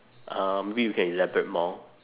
uh maybe you can elaborate more